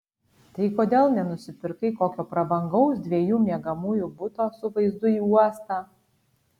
tai kodėl nenusipirkai kokio prabangaus dviejų miegamųjų buto su vaizdu į uostą